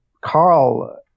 Carl